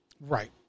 Right